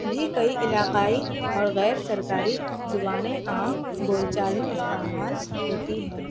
بھی کئی علاقائی اور غیر سرکاری زبانیں عام بول چال میں استعمال ہوتی ہیں